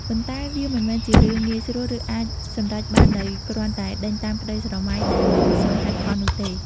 ប៉ុន្តែវាមិនមែនជារឿងងាយស្រួល ឬអាចសម្រេចបានដោយគ្រាន់តែ ដេញតាមក្តីស្រមៃដែលមិនសមហេតុផលនោះទេ។